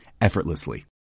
effortlessly